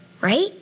right